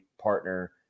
partner